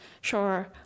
Sure